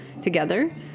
together